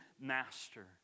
master